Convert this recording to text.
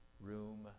room